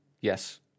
Yes